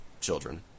children